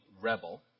rebel